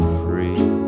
free